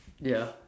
ya